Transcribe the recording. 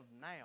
now